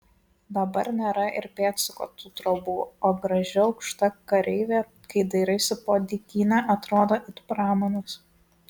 dabar nėra ir pėdsako tų trobų o graži aukšta kareivė kai dairaisi po dykynę atrodo it pramanas